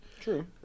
true